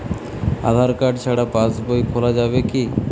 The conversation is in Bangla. আধার কার্ড ছাড়া পাশবই খোলা যাবে কি?